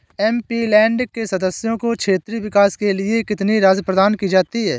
MP land के सदस्यों को क्षेत्रीय विकास के लिए कितनी राशि प्रदान की जाती है?